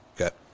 Okay